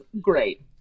great